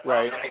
Right